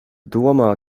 domā